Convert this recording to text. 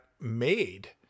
made